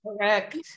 Correct